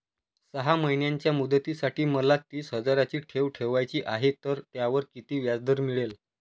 सहा महिन्यांच्या मुदतीसाठी मला तीस हजाराची ठेव ठेवायची आहे, तर त्यावर किती व्याजदर मिळेल?